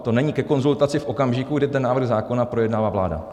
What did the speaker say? To není ke konzultaci v okamžiku, kdy ten návrh zákona projednala vláda.